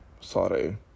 sorry